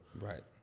Right